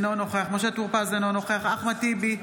אינו נוכח משה טור פז, אינו נוכח אחמד טיבי,